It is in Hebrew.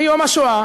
מיום השואה